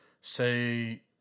say